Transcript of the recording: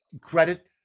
credit